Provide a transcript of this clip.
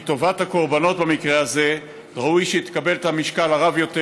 כי טובת הקורבנות במקרה הזה ראוי שתקבל את המשקל הרב יותר.